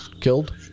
killed